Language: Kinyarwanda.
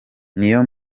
niyo